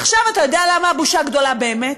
עכשיו, אתה יודע למה הבושה גדולה באמת?